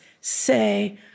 say